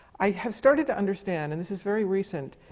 i have started to understand, and this is very recent,